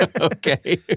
Okay